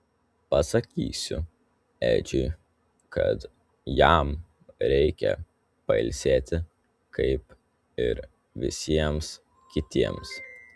pasakysiu edžiui kad jam reikia pailsėti kaip ir visiems kitiems